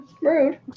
Rude